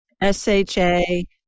S-H-A